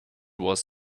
was